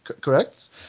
correct